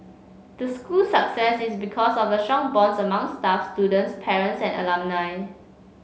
the school's success is because of the strong bonds among staff students parents and alumni